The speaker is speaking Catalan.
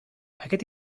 aquest